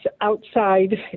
outside